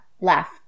left